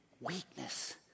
Weakness